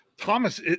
Thomas